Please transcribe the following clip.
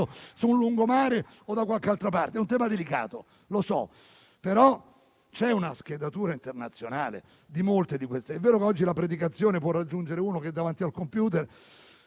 su un lungomare o da qualche altra parte? È un tema delicato, lo so, però c'è una schedatura internazionale di molte di queste persone. È vero che oggi la predicazione può raggiungere uno che è davanti al *computer*,